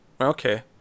Okay